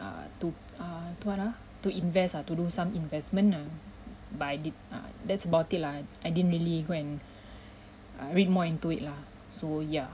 (err)to err what ah to invest ah to do some investment ah but I did uh that's about it lah I didn't really go and uh read more into it lah so yeah